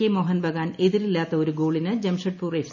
K Mohun Bagan എതിരില്ലാത്ത ഒരു ഗോളിന് ജംഷഡ്പൂർ എഫ്